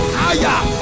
higher